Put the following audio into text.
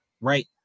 right